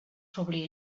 probably